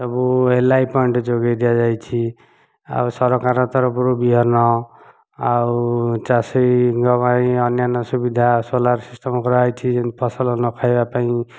ସବୁ LI point ଯୋଗାଇ ଦିଆଯାଇଛି ଆଉ ସରକାରଙ୍କ ତରଫରୁ ବିହନ ଆଉ ଚାଷୀଙ୍କ ପାଇଁ ଅନ୍ୟାନ୍ୟ ସୁବିଧା ସୋଲାର ସିଷ୍ଟମ କରାଯାଇଛି ଫସଲ ନଖାଇବା ପାଇଁ